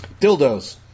Dildos